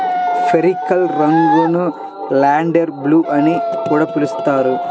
periwinkle రంగును lavender blue అని కూడా పిలుస్తారు